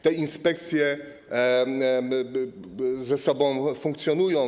Te inspekcje ze sobą funkcjonują.